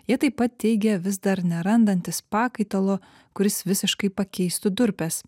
jie taip pat teigia vis dar nerandantys pakaitalo kuris visiškai pakeistų durpes